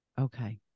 Okay